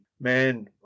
man